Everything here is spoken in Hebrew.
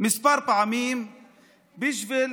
כמה פעמים בשביל